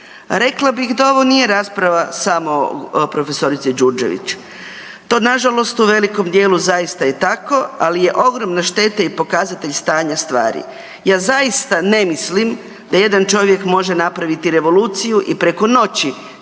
Rekla bih da ovo nije rasprava samo o prof. Đurđević. To nažalost u velikom djelu zaista je tako ali je ogromna šteta i pokazatelj stanja stvari. Ja zaista ne mislim da jedan čovjek može napraviti revoluciju i preko noći